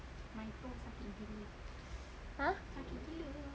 !huh!